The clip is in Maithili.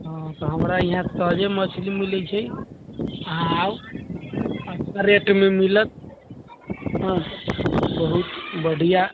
हँ तऽ हमरा इहाँ तजे मछली मिलै छै अहाँ आउ अच्छा रेट मे मिलत बहुत बढिऑं